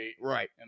Right